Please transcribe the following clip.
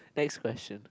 next question